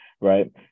right